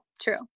True